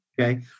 Okay